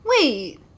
Wait